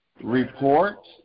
Report